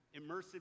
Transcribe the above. immersive